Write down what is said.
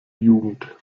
jugend